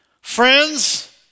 Friends